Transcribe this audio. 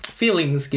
feelings